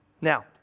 Now